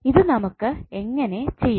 ഇത് നമുക്ക് എങ്ങനെ ചെയ്യാം